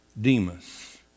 Demas